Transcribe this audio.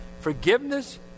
Forgiveness